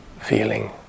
feeling